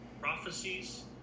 prophecies